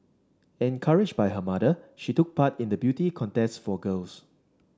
encouraged by her mother she took part in the beauty contests for girls